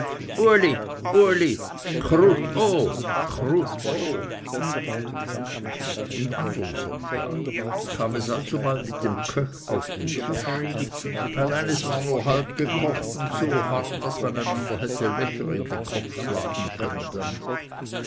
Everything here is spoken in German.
den andern sonntag kam es alsobald mit dem g'chöch auf den tisch allein es war nur halb gekocht und so hart daß man einander hätte löcher in den kopf schlagen können damit